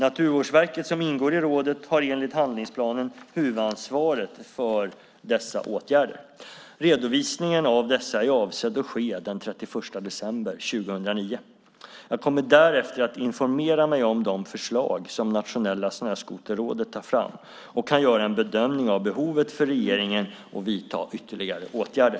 Naturvårdsverket som ingår i rådet har enligt handlingsplan huvudansvaret för dessa åtgärder. Redovisningen av dessa är avsedd att ske den 31 december 2009. Jag kommer därefter att informera mig om de förslag som Nationella Snöskoterrådet tar fram och kan göra en bedömning av behovet för regeringen att vidta ytterligare åtgärder.